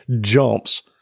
jumps